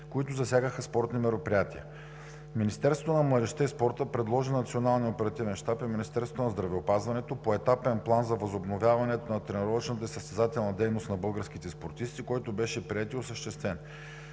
които засягаха спортни мероприятия. Министерството на младежта и спорта предложи на Национално-оперативния щаб и Министерството на здравеопазването поетапен план за възобновяването на тренировъчната състезателна дейност на българските спортисти, който беше приет и осъществен.